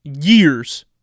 Years